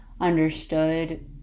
understood